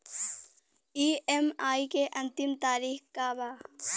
EMI के अंतिम तारीख का बा?